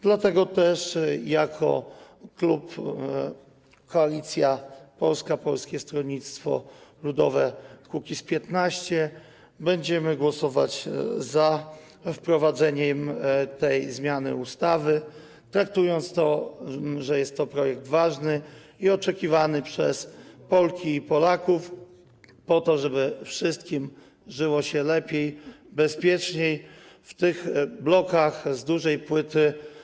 Dlatego też jako klub Koalicja Polska - Polskie Stronnictwo Ludowe - Kukiz15 będziemy głosować za wprowadzeniem tej zmiany ustawy, traktując to jako projekt ważny i oczekiwany przez Polki i Polaków po to, żeby wszystkim żyło się lepiej, bezpieczniej w tych blokach z dużej płyty.